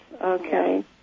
okay